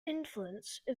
influence